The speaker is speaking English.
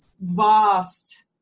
vast